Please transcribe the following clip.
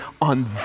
on